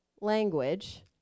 language